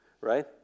right